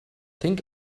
think